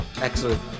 excellent